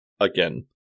again